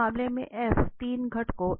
तो हमारे पास है X2 होगा Y होगा और X Y भी होगा